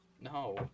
No